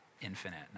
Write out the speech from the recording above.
infinite